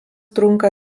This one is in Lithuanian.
trunka